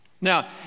now